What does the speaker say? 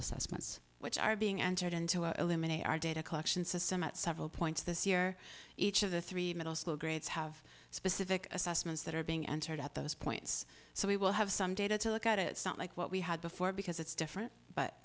assessments which are being entered into a eliminate our data collection system at several points this year each of the three middle school grades have specific assessments that are being entered at those points so we will have some data to look at it it's not like what we had before because it's different but